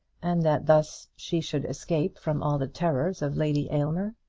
and that thus she should escape from all the terrors of lady aylmer?